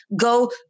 Go